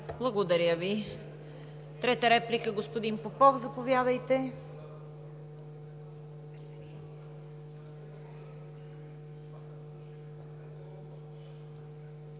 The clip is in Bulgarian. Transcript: Благодаря Ви. Трета реплика – господин Попов, заповядайте.